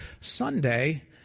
Sunday